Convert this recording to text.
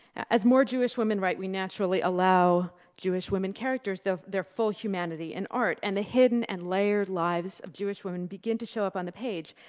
as more jewish women write, we naturally allow jewish women characters their full humanity and art, and the hidden and layered lives of jewish women begin to show up on the page.